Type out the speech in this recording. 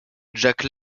jake